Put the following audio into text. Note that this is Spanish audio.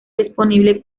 disponible